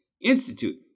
Institute